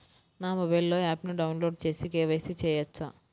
నా మొబైల్లో ఆప్ను డౌన్లోడ్ చేసి కే.వై.సి చేయచ్చా?